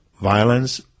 violence